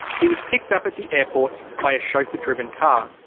he was picked up at the airport by a chauffeur-driven car,